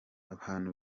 abantu